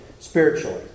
Spiritually